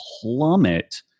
plummet